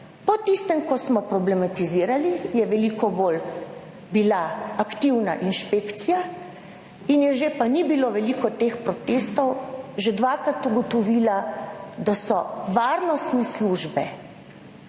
po tistem, ko smo problematizirali, je veliko bolj bila aktivna inšpekcija in je že, pa ni bilo veliko teh protestov, že dvakrat ugotovila, da so varnostne službe